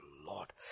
Lord